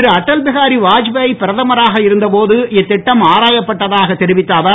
இரு அட்டல் பிகாரி வாத்பாய் பிரதமராக இருந்தபோது இத்திட்டம் ஆராயப்பட்டதாக அவர் தெரிவித்தார்